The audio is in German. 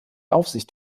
aufsicht